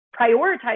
prioritize